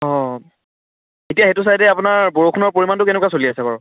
অঁ এতিয়া সেইটো চাইডে আপোনাৰ বৰষুণৰ পৰিমাণটো কেনেকুৱা চলি আছে বাৰু